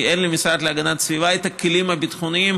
כי אין למשרד להגנת הסביבה את הכלים הביטחוניים